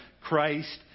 Christ